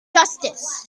justice